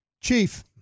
Chief